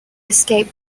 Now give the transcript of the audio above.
escape